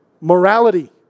morality